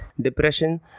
depression